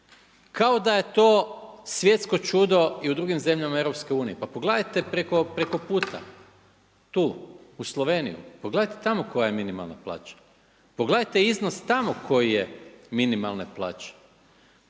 Kao da je to svjetsko čudo i u drugim zemljama Europske Unije. Pa pogledajte preko puta, tu, u Sloveniju, pogledajte tamo koja je minimalna plaća. Pogledajte iznos tamo koji je minimalne plaće.